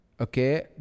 okay